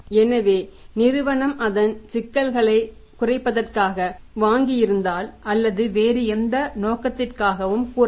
எனவே நிறுவனம் அதன் சிக்கல்களை குறைப்பதற்காக வாங்கியிருந்தால் அல்லது வேறு எந்த நோக்கத்திற்காகவும் கூறலாம்